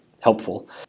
helpful